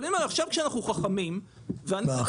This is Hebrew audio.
עכשיו כשאנחנו חכמים --- מה,